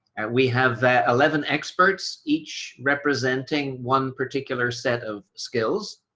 we have the eleven experts each representing one particular set of skills.